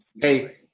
Hey